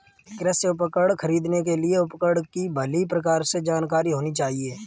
कृषि उपकरण खरीदने के लिए उपकरण की भली प्रकार से जानकारी होनी चाहिए